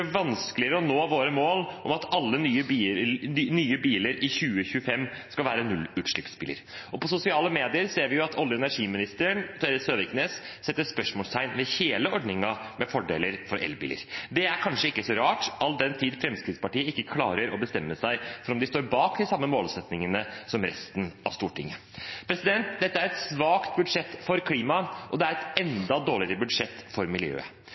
vanskeligere å nå våre mål om at alle nye biler i 2025 skal være nullutslippsbiler. Og på sosiale medier ser vi at olje- og energiminister Terje Søviknes setter spørsmålstegn ved hele ordningen med fordeler for elbiler. Det er kanskje ikke så rart, all den tid Fremskrittspartiet ikke klarer å bestemme seg for om de står bak de samme målsettingene som resten av Stortinget. Dette er et svakt budsjett for klimaet, og det er et enda dårligere budsjett for miljøet.